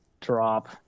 drop